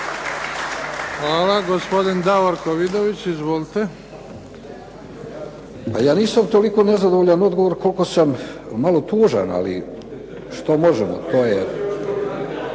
**Vidović, Davorko (SDP)** Pa ja nisam toliko nezadovoljan odgovorom koliko sam malo tužan, ali što možemo, to je.